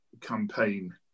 campaign